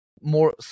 more